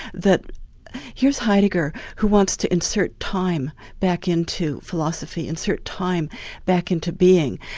that here's heidegger, who wants to insert time back into philosophy, insert time back into being,